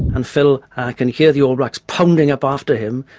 and phil can hear the all blacks pounding up after him,